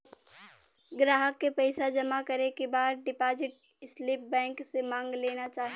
ग्राहक के पइसा जमा करे के बाद डिपाजिट स्लिप बैंक से मांग लेना चाही